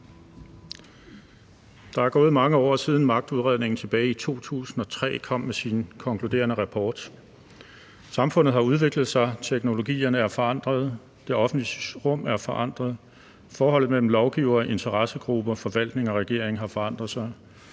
Der er gået mange år, siden magtudredningen udkom tilbage i 2003 som en konkluderende rapport. Samfundet har udviklet sig, teknologierne er forandrede, det offentlige rum er forandret, forholdet mellem lovgiver, interessegrupper, forvaltning og regering har forandret sig,